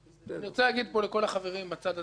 אני רוצה לומר לכל החברים בצד הזה של השולחן,